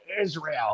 Israel